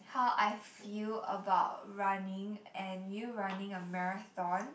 how I feel about running and you running a marathon